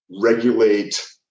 regulate